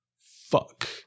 fuck